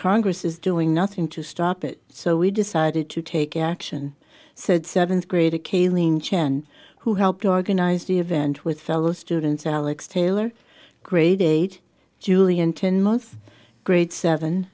congress is doing nothing to stop it so we decided to take action said seventh grader killing chen who helped organize the event with fellow students alex taylor grade eight julian ten month grade seven